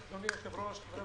אדוני היושב-ראש, חברי